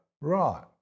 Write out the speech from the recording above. right